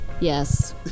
Yes